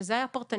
וזה היה פרטני.